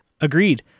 Agreed